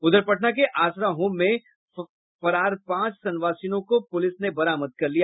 उधर पटना के आसरा होम से फरार पांच संवासिनों को पुलिस ने बरामद कर लिया